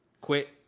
quit